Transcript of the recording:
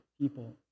people